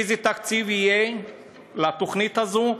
איזה תקציב יהיה לתוכנית הזאת,